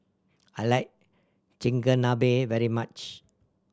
I like Chigenabe very much